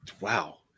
wow